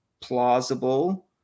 plausible